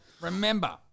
remember